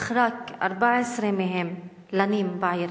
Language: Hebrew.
אך רק 14% מהם לנים בעיר.